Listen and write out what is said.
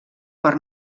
per